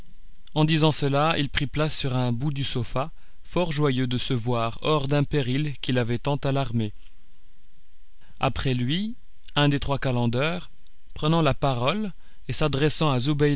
en disant cela il prit place sur un bout du sofa fort joyeux de se voir hors d'un péril qui l'avait tant alarmé après lui un des trois calenders prenant la parole et s'adressant à